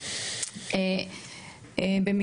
בדגש על הריכוז במחוז צפון,